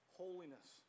holiness